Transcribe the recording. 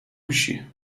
هوشیه